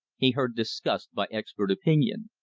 he heard discussed by expert opinion.